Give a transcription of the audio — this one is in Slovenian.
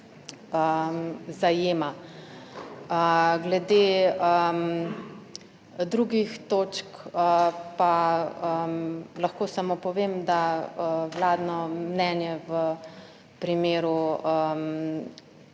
zajema, glede drugih točk pa lahko samo povem, da vladno mnenje v primeru